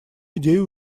идею